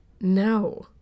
No